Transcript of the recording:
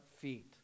feet